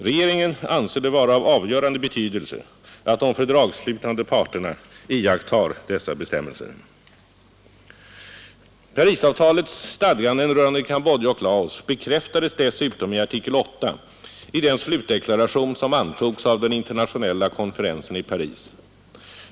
Regeringen anser det vara av avgörande betydelse, att de fördragsslutande parterna iakttar dessa bestämmelser. Parisavtalets stadganden rörande Cambodja och Laos bekräftas dessutom i artikel 8 i den slutdeklaration som antogs av den internationella konferensen i Paris.